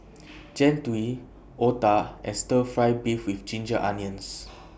Jian Dui Otah and Stir Fry Beef with Ginger Onions